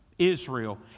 Israel